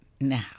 Now